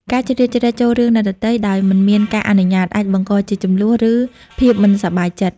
ការជ្រៀតជ្រែកចូលរឿងអ្នកដទៃដោយមិនមានការអនុញ្ញាត អាចបង្កជាជម្លោះ ឬភាពមិនសប្បាយចិត្ត។